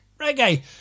reggae